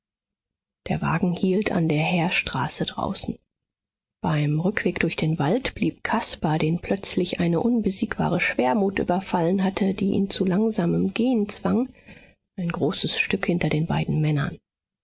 der wagen hielt an der heerstraße draußen beim rückweg durch den wald blieb caspar den plötzlich eine unbesiegbare schwermut überfallen hatte die ihn zu langsamem gehen zwang ein großes stück hinter den beiden männern